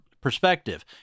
perspective